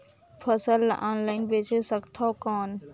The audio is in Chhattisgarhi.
फसल ला ऑनलाइन बेचे सकथव कौन?